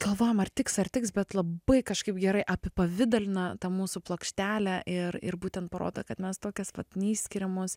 galvojom ar tiks ar tiks bet labai kažkaip gerai apipavidalina tą mūsų plokštelę ir ir būtent parodo kad mes tokios vat neišskiriamos